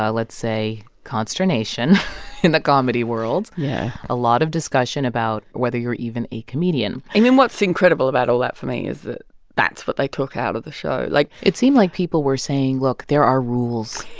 let's say, consternation in the comedy world. yeah. a lot of discussion about whether you're even a comedian i mean, what's incredible about all that for me is that that's what they took out of the show. like. it seemed like people were saying, look, there are rules.